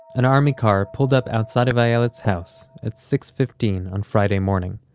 an army car pulled up outside of ayelet's house at six fifteen on friday morning.